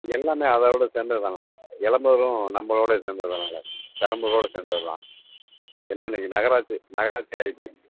எல்லாமே அதை விட சேர்ந்தது தானங்க இளம்பலூரும் நம்மளோடேய சேர்ந்தது தானங்க பெரம்பலூரோடய சேர்ந்தது தான் என்ன இன்றைக்கி நகராட்சி நகராட்சி ஆய் போயிச்சு